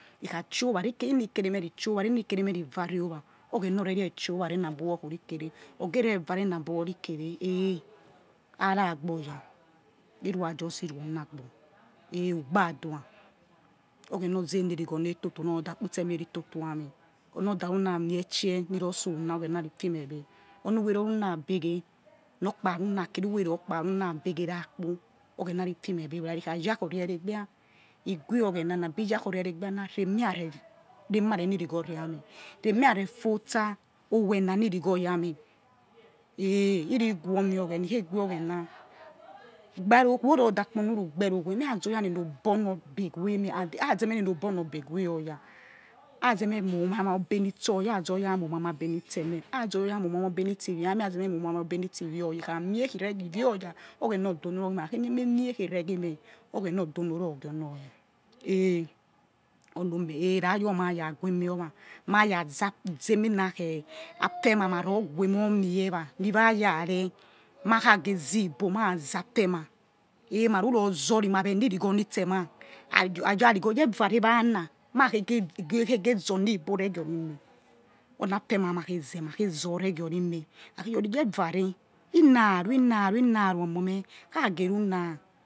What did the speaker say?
Ikha̠ chio vh̠are̠ ini kere meri chi owa̠ ini̠ kere meri variowa oghena or̠ re̠ re̠̠ ovhare̠ na bu wo ri kere hee̠ ara̠ agbo̠r ya̠ irua jusi rue oni agbor hee̠ ugba-dua oghena ozeni irighona to̠ to̠ ya meh or̠ nor da̠ ru̠ na mietche ni ror so̠ na oghena ri fime gbe onu̠ we̠re̠ or̠ ru̠ na be̠ ge̠h nor kpa kira uwere or kpa runa gbegera kpo oghena ri fi meh gbe wo̠ ra̠ri̠ ikhaya khore eregbia iguwe oghe na na̠ be̠ yakhore̠ oni egbiana re̠ eh̠ mi̠ra re̠ ni̠ righo ya meh re̠ mi rare fortsa. Owena mi regho ya meh hee̠ he ri ghwo mi̠ oghena ikhei ghwo oghena gbero weh o̠dorda kpo nu ri gbero we̠h meh̠ kha zor oya ni nu kpero obe̠ weh meh kha zor oya ni nu kpero obe̠ weh meh and kua zeme ni̠ ni̠ obor̠ nor obe weh oya kha zeme ma̠ma̠o oma mo obe̠ nitse oya̠ kha zor̠ oya̠ ma̠ oma mobe nitse ivia meh and khaze meh ma obe̠ nitse ivioya meh kha ze̠me̠ ma moi oma-mebe nitsi ivia oya ikha miekhu̠ re̠ ni̠ ivia oya oghena odonormeh ikhakhe̠ mie eme mie ereg-himeh oghena̠ o̠donoro̠ reghira̠ eeh ono meeh ra̠ yor na̠ rague-mi oma ma̠ ra zi emina khe̠ afemai maro̠h guemoh mie wa̠ ni̠ wa ya re̠ makhaghe zi ibo̠ ma̠ ra̠ za afamai eeh ma̠ ruruo zori ma̠ vhani irigho nitsema ha ya arigho yeva-re wa na̠ ma̠ khe ghe̠ khe ghe zorni igbo̠ re ghi or ri meh oni afemai ma̠ khei zeh̠ ma khei zori re ghi ori meh he kha khe yori ye vare in̠ na̠ ru in na̠ ru̠ omo meh kha̠ ge̠h runa